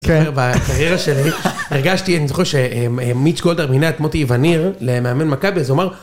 בסדר, בקריירה שלי הרגשתי, אני זוכר שמיצ' גולדברג מינה את מוטי איווניר למאמן מכבי, אז הוא אמר...